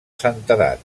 santedat